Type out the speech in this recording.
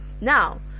Now